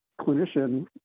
clinician